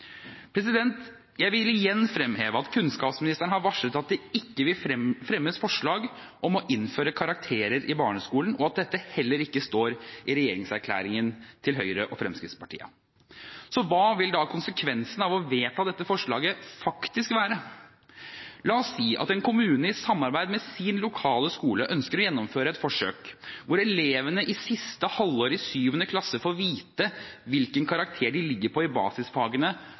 Jeg vil igjen fremheve at kunnskapsministeren har varslet at det ikke vil fremmes forslag om å innføre karakterer i barneskolen, og at dette heller ikke står i regjeringserklæringen til Høyre og Fremskrittspartiet. Så hva vil da konsekvensen av å vedta dette forslaget faktisk være? La oss si at en kommune i samarbeid med sin lokale skole ønsker å gjennomføre et forsøk hvor elevene i siste halvår i 7. klasse får vite hvilken karakter de ligger på i basisfagene,